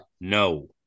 no